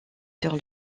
sur